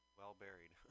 well-buried